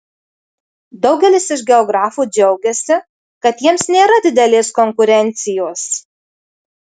daugelis iš geografų džiaugiasi kad jiems nėra didelės konkurencijos